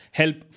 help